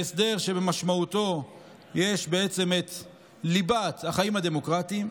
בהסדר שבמשמעותו יש את ליבת החיים הדמוקרטיים.